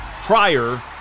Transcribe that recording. prior